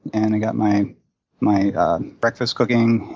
and i got my my breakfast cooking.